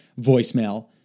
voicemail